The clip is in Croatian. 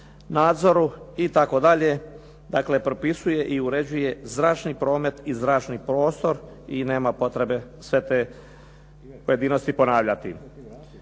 nadzoru itd. Dakle, propisuje i uređuje zračni promet i zračni prostor i nema potrebe sve te pojedinosti ponavljati.